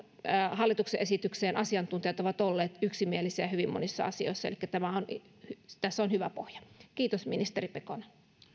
hallituksen esitykseen liittyen asiantuntijat ovat olleet yksimielisiä hyvin monissa asioissa elikkä tässä on hyvä pohja kiitos ministeri pekonen